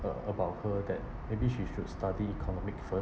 uh about her that maybe she should study economics first